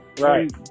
Right